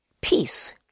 Peace